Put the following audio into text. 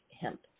hemp